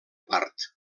part